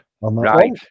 Right